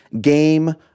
Game